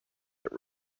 that